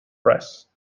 press